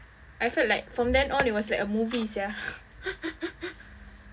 I felt like from then on it was like a movie sia